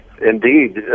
Indeed